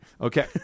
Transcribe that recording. Okay